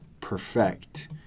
perfect